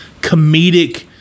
comedic